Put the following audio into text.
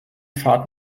fahrt